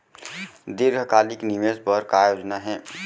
दीर्घकालिक निवेश बर का योजना हे?